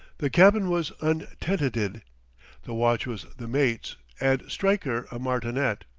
the cabin was untenanted the watch was the mate's, and stryker a martinet.